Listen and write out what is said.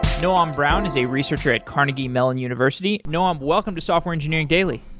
noam um brown is a researcher at carnegie mellon university. noam, welcome to software engineering daily